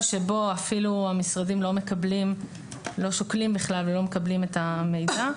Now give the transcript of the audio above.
שבו אפילו המשרדים בכלל לא שוקלים ולא מקבלים את המידע.